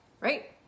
right